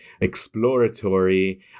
exploratory